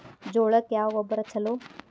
ಜೋಳಕ್ಕ ಯಾವ ಗೊಬ್ಬರ ಛಲೋ?